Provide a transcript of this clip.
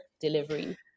delivery